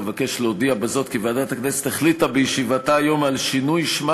אבקש להודיע בזאת כי ועדת הכנסת החליטה בישיבתה היום על שינוי שמה